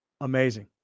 Amazing